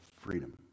freedom